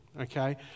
okay